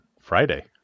friday